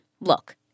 look